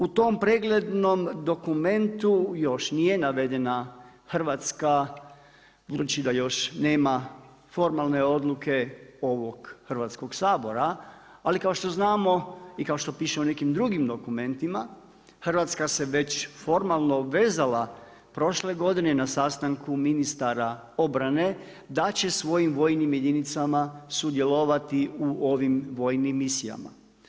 U tom preglednom dokumentu još nije navedena Hrvatska budući da još nema formalne odluke ovog Hrvatskog sabora, ali kao što znamo, i kao što piše u nekim drugim dokumentima Hrvatska se već formalno obvezala prošle godine i na sastanku ministara obrane da će svojim vojnim jedinicama sudjelovati u ovim vojnim misijama.